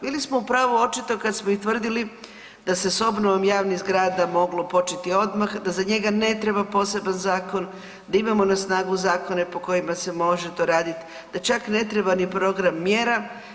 Bili smo u pravu očito kad smo i tvrdili da se s obnovom javnih zgrada moglo početi odmah da za njega ne treba poseban zakon, da imamo na snagu zakona i po kojima se može to radit, da čak ne treba ni program mjera.